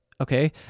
Okay